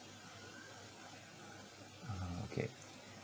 (uh huh) okay